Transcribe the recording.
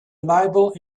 reliable